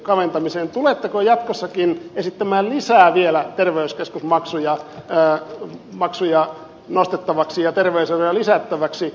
tuletteko jatkossakin esittämään vielä lisää terveyskeskusmaksuja nostettavaksi ja terveyseroja lisättäväksi